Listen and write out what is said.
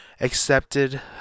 accepted